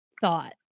thought